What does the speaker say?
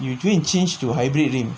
you go and change your hybrid rim